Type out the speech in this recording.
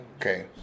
Okay